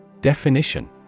Definition